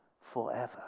forever